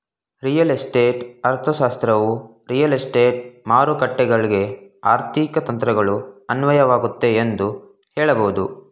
real estate ಅರ್ಥಶಾಸ್ತ್ರವು real estate ಮಾರುಕಟ್ಟೆಗಳ್ಗೆ ಆರ್ಥಿಕ ತಂತ್ರಗಳು ಅನ್ವಯವಾಗುತ್ತೆ ಎಂದು ಹೇಳಬಹುದು